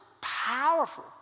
powerful